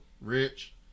Rich